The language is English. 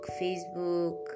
facebook